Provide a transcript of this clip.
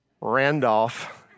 Randolph